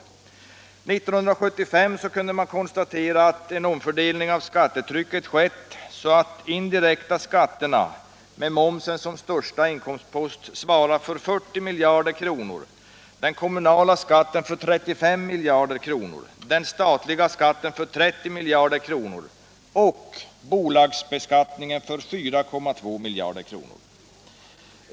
1975 kunde man konstatera att en omfördelning av skattetrycket skett, så att de indirekta skatterna, med momsen som största inkomstpost, svarade för 40 miljarder kronor, den kommunala skatten för 35 miljarder kronor, den statliga skatten för 30 miljarder kronor och bolagsskatten för 4,2 miljarder kronor.